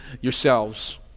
yourselves